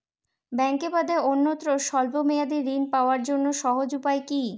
ব্যাঙ্কে বাদে অন্যত্র স্বল্প মেয়াদি ঋণ পাওয়ার জন্য সহজ উপায় কি?